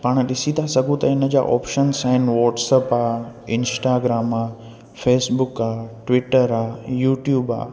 पाण ॾिसी था सघूं त इन जा ऑपशन्स आहिनि वॉट्सअप आहे इंस्टाग्राम आहे फेसबुक आहे ट्विटर आहे यूट्यूब आहे